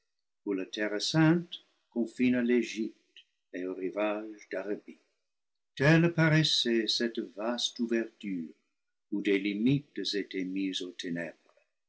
la terresainte confine à l'egypte et au rivage d'arabie telle paraissait cette vaste ouverture où des limites étaient mises aux ténèbres